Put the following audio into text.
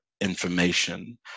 information